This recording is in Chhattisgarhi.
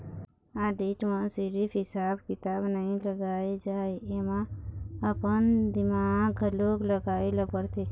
आडिट म सिरिफ हिसाब किताब नइ लगाए जाए एमा अपन दिमाक घलोक लगाए ल परथे